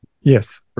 yes